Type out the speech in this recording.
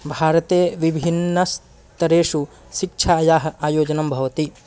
भारते विभिन्नस्तरेषु शिक्षायाः आयोजनं भवति